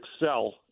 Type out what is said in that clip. excel